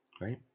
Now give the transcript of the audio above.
Right